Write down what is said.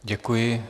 Děkuji.